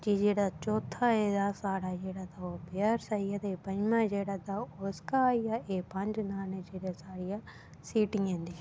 ते जेह्ड़ा चौथा ऐ तां साढ़ा जेह्ड़ा तां ओह् पेरिस आई गेआ ते पंञमां जेह्ड़ा तां ओह् ओसका आई गेआ ते एह् पंज नांऽ न जेह्ड़े साढ़े सिटियें दे